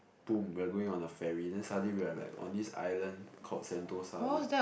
boom we are going on a ferry then suddenly we are on this island called sentosa then